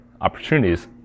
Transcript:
opportunities